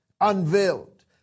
unveiled